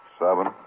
Seven